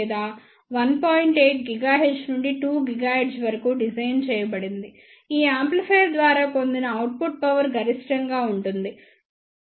8 GHz నుండి 2 GHz వరకు design చేయబడింది ఈ యాంప్లిఫైయర్ ద్వారా పొందిన అవుట్పుట్ పవర్ గరిష్టంగా ఉంటుంది ఇది 38